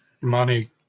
money